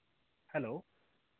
hello